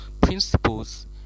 principles